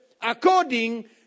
according